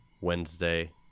Wednesday